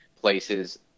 places